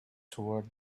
toward